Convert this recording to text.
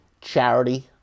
charity